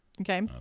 Okay